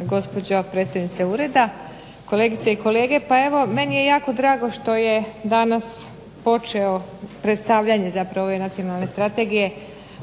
gospođo predstojnice Ureda, kolegice i kolege. Meni je jako drago što je počeo danas predstavljanje ove Nacionalne strategije